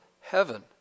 heaven